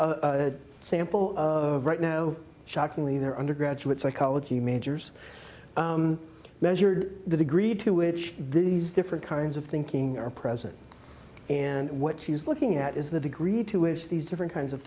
in a sample of right now shockingly their undergraduate psychology majors measured the degree to which these different kinds of thinking are present and what she is looking at is the degree to which these different kinds of